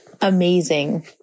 amazing